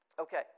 Okay